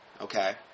Okay